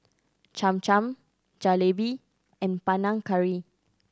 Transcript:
Cham Cham Jalebi and Panang Curry